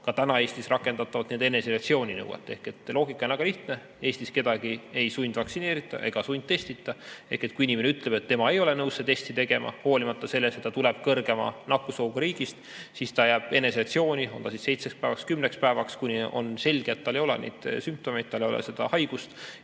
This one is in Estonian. ka praegu Eestis rakendatavat eneseisolatsiooni nõuet. Loogika on väga lihtne, Eestis kedagi ei sundvaktsineerita ega sundtestita. Kui inimene ütleb, et tema ei ole nõus seda testi tegema, hoolimata sellest, et ta tuleb kõrgema nakkusohuga riigist, siis ta jääb eneseisolatsiooni kas seitsmeks või kümneks päevaks, kuni on selge, et tal ei ole neid sümptomeid, tal ei ole seda haigust.